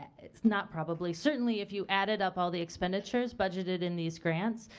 it's not probably, certainly if you added up all the expenditures budgeted in these grants,